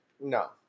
No